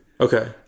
Okay